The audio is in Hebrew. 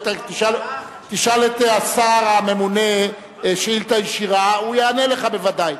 תשאל את השר הממונה שאילתא ישירה והוא יענה לך בוודאי.